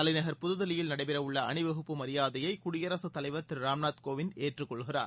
தலைநகர் புதுதில்லியில் நடைபெறவுள்ள அணி வகுப்பு மரியாதையை குடியரசு தலைவர் திரு ராம்நாத் கோவிந்த் ஏற்றுக்கொள்கிறார்